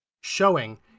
showing